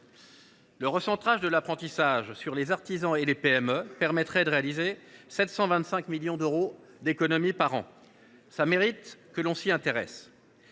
Le recentrage de l’apprentissage sur les artisans et les PME permettrait de réaliser 725 millions d’euros d’économies par an. Cela mérite que l’on s’y intéresse.